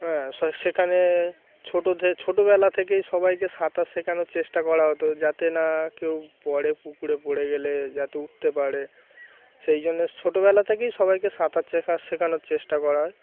হ্যাঁ সেখানে ছোট থেকে ছোটবেলা থেকেই সবাইকে সাঁতার শেখানোর চেষ্টা করা হতো যাতে না কেউ পরে পুকুরে পড়ে গেলে যাতে উঠতে পারে সেই জন্যে ছোটবেলা থেকেই সবাইকে সাঁতার চেখ শেখানোর চেষ্টা করা হয়